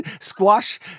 Squash